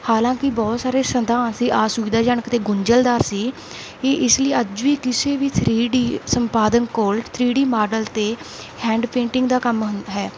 ਹਾਲਾਂਕਿ ਬਹੁਤ ਸਾਰੇ ਸੰਵਿਧਾਨ ਸੀ ਆਸੁਵਿਧਾਜਨਕ ਅਤੇ ਗੁੰਜਲਦਾਰ ਸੀ ਇਹ ਇਸ ਲਈ ਅੱਜ ਵੀ ਕਿਸੇ ਵੀ ਥਰੀ ਡੀ ਸੰਪਾਦਨ ਕੋਲ ਥਰੀ ਡੀ ਮਾਡਲ ਅਤੇ ਹੈਂਡ ਪੇਂਟਿੰਗ ਦਾ ਕੰਮ ਹੁੰਦਾ ਹੈ